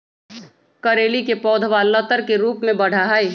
करेली के पौधवा लतर के रूप में बढ़ा हई